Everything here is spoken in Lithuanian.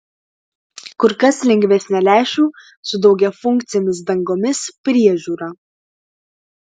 kur kas lengvesnė lęšių su daugiafunkcėmis dangomis priežiūra